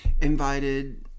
invited